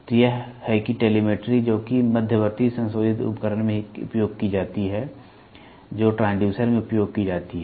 तो यह है कि टेलीमेट्री जो कि मध्यवर्ती संशोधित उपकरण में उपयोग की जाती है जो ट्रांसड्यूसर में उपयोग की जाती है